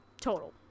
total